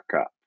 up